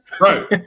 Right